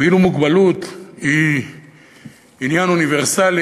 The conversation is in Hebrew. ואילו מוגבלות היא עניין אוניברסלי,